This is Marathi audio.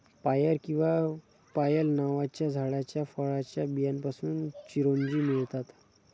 पायर किंवा पायल नावाच्या झाडाच्या फळाच्या बियांपासून चिरोंजी मिळतात